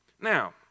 Now